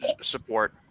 support